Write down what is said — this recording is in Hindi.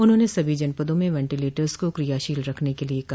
उन्होंने सभी जनपदों में वेंटीलेटर्स को क्रियाशील रखने के लिये कहा